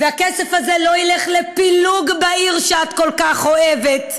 והכסף הזה לא ילך לפילוג בעיר שאת כל כך אוהבת,